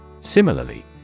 Similarly